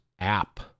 app